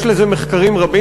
יש על זה מחקרים רבים,